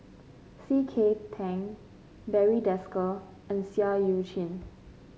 C K Tang Barry Desker and Seah Eu Chin